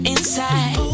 Inside